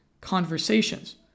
conversations